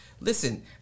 listen